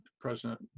president